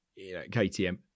KTM